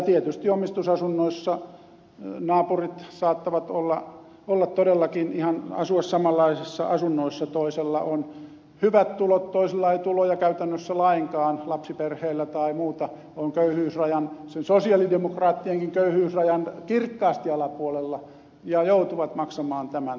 tietysti omistusasunnoissa naapurit saattavat todellakin asua ihan samanlaisissa asunnoissa toisella on hyvät tulot toisella ei tuloja käytännössä lainkaan lapsiperheellä tai muuta on kirkkaasti köyhyysrajan sen sosialidemokraattienkin köyhyysrajan alapuolella ja joutuu maksamaan tämän saman